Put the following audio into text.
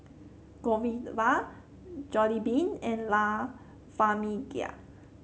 Godiva Jollibean and La Famiglia